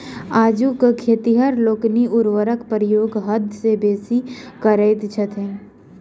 आजुक खेतिहर लोकनि उर्वरकक प्रयोग हद सॅ बेसी करैत छथि